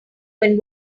when